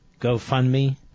GoFundMe